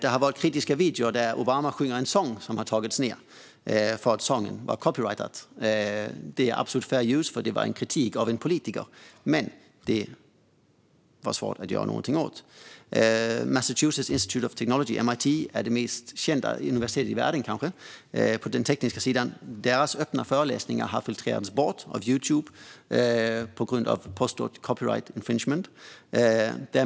En kritisk video där Obama sjunger en sång har tagits bort därför att sången var copyrightskyddad. Det är absolut fair use, för det var en kritik av en politiker. Men det var svårt att göra någonting åt. Massachusetts Institute of Technology, MIT, är det kanske mest kända universitetet i världen på den tekniska sidan. Deras öppna föreläsningar har filtrerats bort av Youtube på grund av påstådd copyright infringement.